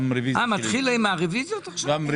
גם אני מגיש רוויזיה.